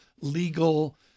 legal